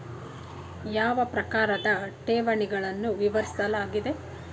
ಯಾವ ಪ್ರಕಾರದ ಠೇವಣಿಗಳನ್ನು ವಿವರಿಸಲಾಗಿದೆ?